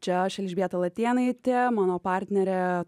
čia aš elžbieta latėnaitė mano partnerė